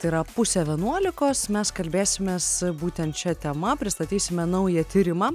tai yra pusę vienuolikos mes kalbėsimės būtent šia tema pristatysime naują tyrimą